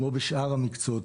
כמו בשאר המקצועות,